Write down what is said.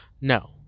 No